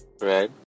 right